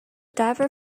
diver